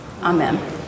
amen